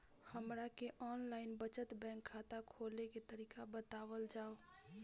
हमरा के online बचत बैंक खाता खोले के तरीका बतावल जाव?